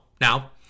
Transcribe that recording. Now